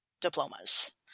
diplomas